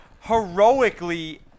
heroically